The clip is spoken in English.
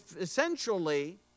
essentially